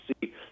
see